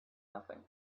nothing